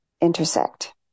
intersect